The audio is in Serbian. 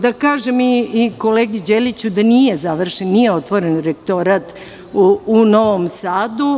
Da kažem i kolegi Đeliću da nije završen, nije otvoren rektorat u Novom Sadu.